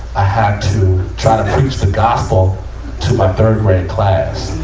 i had to try to preach the gospel to my third grade class.